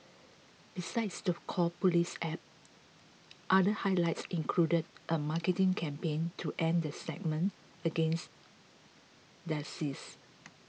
besides the Call Police App other highlights included a marketing campaign to end the stigma against dyslexia